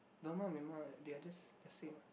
Burma and Myanmar they are the same